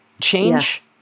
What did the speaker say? change